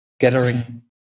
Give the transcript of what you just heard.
gathering